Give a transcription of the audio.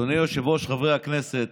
אדוני היושב-ראש, חברי הכנסת,